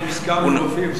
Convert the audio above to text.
אם הזכרנו רופאים,